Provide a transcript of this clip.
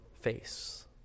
face